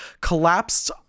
collapsed